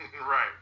right